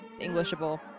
Englishable